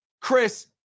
Chris